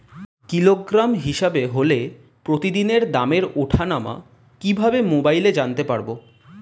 Kilogram হিসাবে হলে প্রতিদিনের দামের ওঠানামা কিভাবে মোবাইলে জানতে পারবো?